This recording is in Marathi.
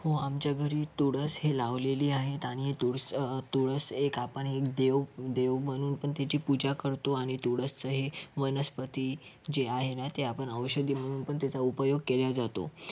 हो आमच्या घरी तुळस हे लावलेली आहेत आणि तुळस तुळस एक आपण एक देवदेव म्हणून पण तिची पूजा करतो आणि तुळस हे वनस्पती जी आहे ना ते आपण औषधी म्हणून पण त्याचा उपयोग केल्या जातो